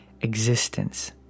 existence